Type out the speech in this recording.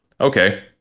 okay